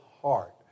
heart